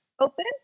open